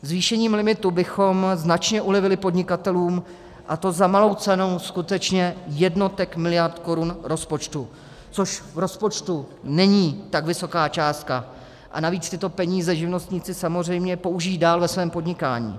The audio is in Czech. Zvýšením limitu bychom značně ulevili podnikatelům, a to za malou cenu skutečně jednotek miliard korun rozpočtu, což v rozpočtu není tak vysoká částka, a navíc tyto peníze živnostníci samozřejmě použijí dál ve svém podnikání.